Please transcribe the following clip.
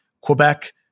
Quebec